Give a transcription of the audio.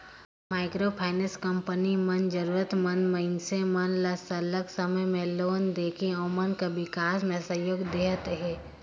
micro finance company मन जरूरत मंद मइनसे मन ल सरलग समे में लोन देके ओमन कर बिकास में सहयोग देहत अहे